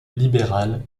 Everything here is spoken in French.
libéral